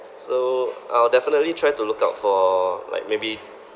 so I'll definitely try to look out for like maybe